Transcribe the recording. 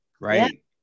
right